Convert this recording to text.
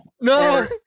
No